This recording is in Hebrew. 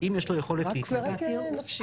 נפשי.